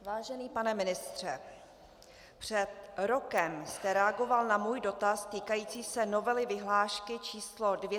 Vážený pane ministře, před rokem jste reagoval na můj dotaz týkající se novely vyhlášky č. 278/1998 Sb.